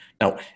now